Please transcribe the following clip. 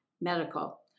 medical